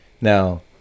Now